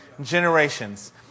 Generations